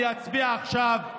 אני אצביע עכשיו,